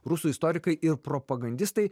rusų istorikai ir propagandistai